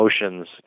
emotions